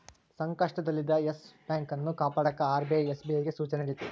ಸಂಕಷ್ಟದಲ್ಲಿದ್ದ yes bank ಅನ್ನು ಕಾಪಾಡಕ ಆರ್.ಬಿ.ಐ ಎಸ್.ಬಿ.ಐಗೆ ಸೂಚನೆ ನೀಡಿತು